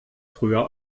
früher